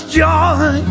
joy